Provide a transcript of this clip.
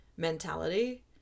mentality